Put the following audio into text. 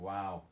Wow